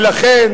ולכן,